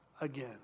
again